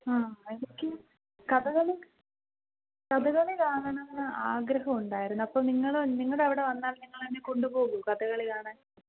ആ എനിക്ക് കഥകളി കഥകളി കാണണം എന്ന് ആഗ്രഹം ഉണ്ടായിരുന്നു അപ്പം നിങ്ങൾ നിങ്ങളുടെ അവിടെ വന്നാൽ നിങ്ങൾ എന്നെ കൊണ്ടുപോകുമോ കഥകളി കാണാൻ